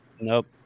nope